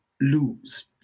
lose